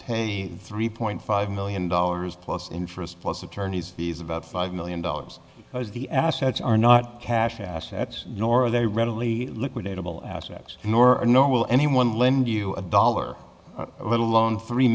a three point five million dollars plus interest plus attorney's fees about five million dollars as the assets are not cash assets nor are they readily liquidated all assets nor are nor will anyone lend you a dollar let alone three